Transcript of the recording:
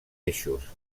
eixos